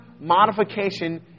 modification